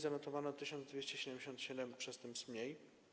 Zanotowano 1277 przestępstw mniej.